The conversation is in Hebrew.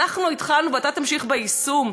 אנחנו התחלנו ואתה תמשיך ביישום,